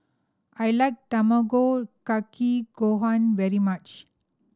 I like Tamago Kake Gohan very much